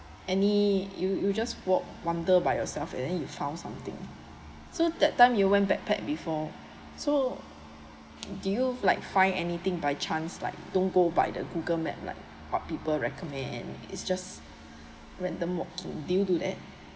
any you you just walk wonder by yourself and then you found something so that time you went backpack before so do you like find anything by chance like don't go by the google map like what people recommend and it's just random walking did you do that